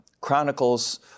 Chronicles